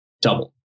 double